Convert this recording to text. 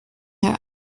her